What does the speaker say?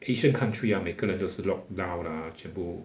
asia country ah 每个人都是 lockdown ah 全部